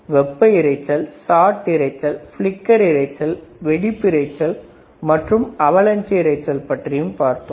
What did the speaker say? வெப்ப இறைச்சல் ஷாட் இரைச்சல் பிளிக்கர் இறைச்சல் வெடிப்பு இரைச்சல் மற்றும் அவலாஞ்சி இரைச்சல் பற்றியும் பார்த்தோம்